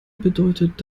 bedeutet